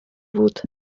wód